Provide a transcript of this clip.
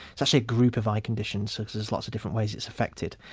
it's actually a group of eye conditions, so there's lots of different ways it's affected.